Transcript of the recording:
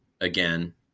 again